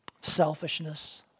Selfishness